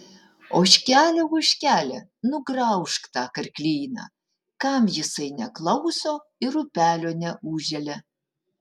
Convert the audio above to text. ožkele ožkele nugraužk tą karklyną kam jisai neklauso ir upelio neužželia